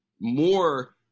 more